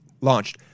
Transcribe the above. launched